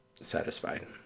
Satisfied